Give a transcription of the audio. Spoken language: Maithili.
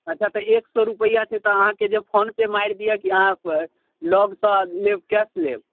अच्छा तऽ एक सए रुपैआ छै तऽ आहाँकेँ जे फोनपे मारि दिअ कि अहाँ प लगसँ लेब कैश लेब